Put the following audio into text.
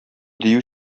дию